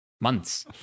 months